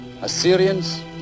Assyrians